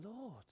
Lord